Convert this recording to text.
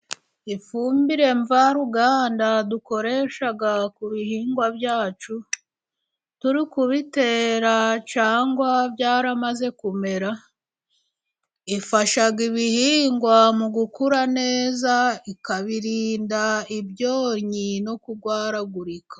Ifumbire mvaruganda dukoresha ku bihingwa byacu turi kubitera cyangwa byaramaze kumera, ifasha ibihingwa mu gukura neza, ikabirinda ibyonnyi no kurwaragurika.